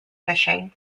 fishing